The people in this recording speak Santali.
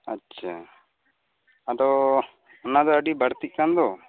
ᱟᱪᱪᱷᱟ ᱟᱫᱚ ᱚᱱᱟ ᱫᱚ ᱟᱹᱰᱤ ᱵᱟᱹᱲᱛᱤᱜ ᱠᱟᱱ ᱫᱚ